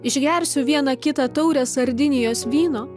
išgersiu vieną kitą taurę sardinijos vyno